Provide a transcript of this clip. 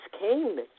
came